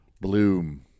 Bloom